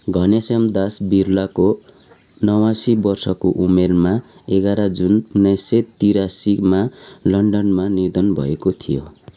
घनश्याम दास बिरलाको नवासी वर्षको उमेरमा एघार जुन उन्नाइस सय त्रियासीमा लण्डनमा निधन भएको थियो